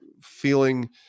feeling